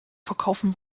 verkaufen